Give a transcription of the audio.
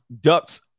ducks